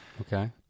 Okay